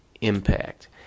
impact